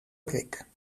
prik